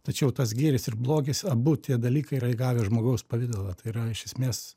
tačiau tas gėris ir blogis abu tie dalykai yra įgavę žmogaus pavidalą tai yra iš esmės